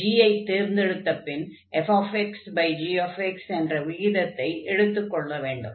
g ஐ தேர்ந்தெடுத்த பின் fxgx என்ற விகிதத்தை எடுத்துக் கொள்ள வேண்டும்